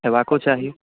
हेबाको चाही